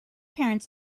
parents